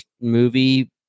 movie